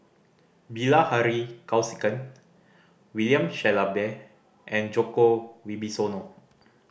Bilahari Kausikan William Shellabear and Djoko Wibisono